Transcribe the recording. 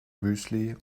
müsli